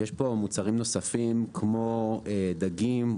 יש פה מוצרים נוספים כמו דגים,